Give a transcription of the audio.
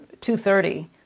230